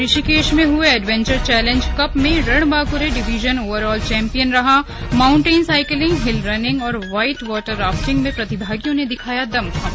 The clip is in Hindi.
ऋषिकेश में हुए एडवेंचर चैलेंज कप में रणबांक्रे डिवीजन ओवरऑल चैंपियन रहामाउंटेन साइकिलिंग हिल रनिंग और व्हाइट वॉटर राफ्टिंग में प्रतिभागियों ने दिखाया दमखम